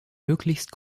möglichst